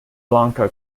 lanka